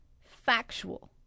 Factual